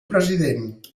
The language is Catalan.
president